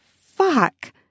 fuck